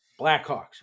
Blackhawks